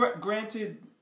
Granted